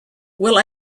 will